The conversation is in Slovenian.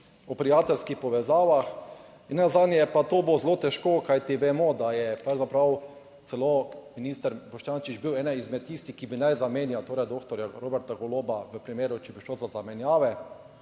o prijateljskih povezavah. In nenazadnje pa to bo zelo težko, kajti vemo, da je pravzaprav celo minister Boštjančič bil eden izmed tistih, ki bi naj zamenja torej doktorja Roberta Goloba v primeru, če bi šlo za zamenjave,